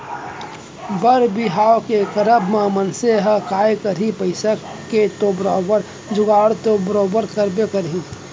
बर बिहाव के करब म मनसे ह काय करही पइसा के तो बरोबर जुगाड़ तो बरोबर करबे करही